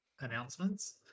announcements